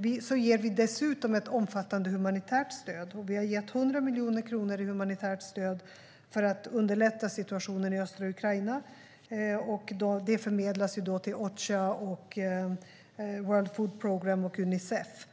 Dessutom ger vi ett omfattande humanitärt stöd. Vi har gett 100 miljoner kronor i humanitärt stöd för att underlätta situationen i östra Ukraina, vilket förmedlas till Ocha, World Food Programme och Unicef.